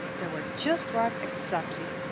they were just right exactly.